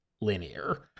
linear